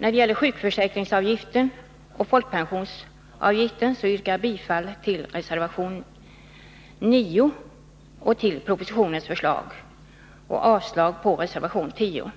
I fråga om sjukförsäkringsavgiften och folkpensionsavgiften yrkar jag bifall till reservation 9 och till propositionens förslag samt avslag på reservation 10.